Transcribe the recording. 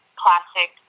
classic